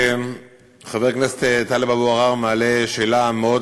חבר הכנסת טלב אבו עראר מעלה שאלה מאוד